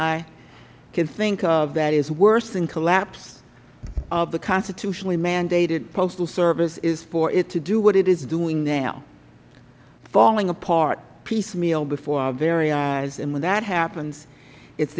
i can think of that is worse than collapse of the constitutionally mandated postal service is for it to do what it is doing now falling apart piecemeal before our very eyes and when that happens it